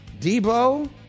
Debo